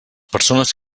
persones